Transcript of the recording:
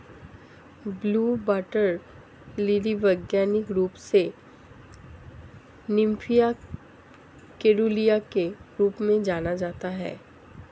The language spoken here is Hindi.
ब्लू वाटर लिली वैज्ञानिक रूप से निम्फिया केरूलिया के रूप में जाना जाता है